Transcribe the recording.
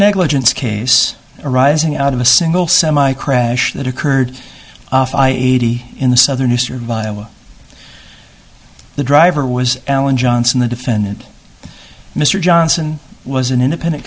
negligence case arising out of a single semi crash that occurred off i eighty in the southern use or via the driver was alan johnson the defendant mr johnson was an independent